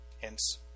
Hence